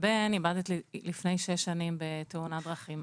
הבן איבדתי לפני שש שנים בתאונת דרכים,